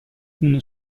uno